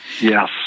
Yes